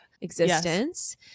existence